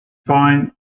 point